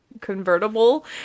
convertible